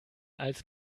als